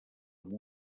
amb